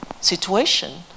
Situation